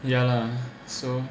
ya lah so